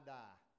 die